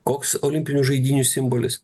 koks olimpinių žaidynių simbolis